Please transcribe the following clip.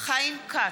חיים כץ,